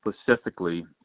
specifically